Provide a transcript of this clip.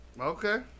Okay